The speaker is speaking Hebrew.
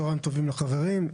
צוהריים טובים לחברים.